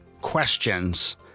questions